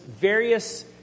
various